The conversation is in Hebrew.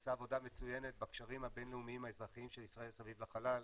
הוא עשה עבודה מצוינת בקשרים הבינלאומיים האזרחיים של ישראל סביב החלל.